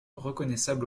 reconnaissable